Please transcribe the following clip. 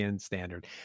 standard